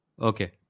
Okay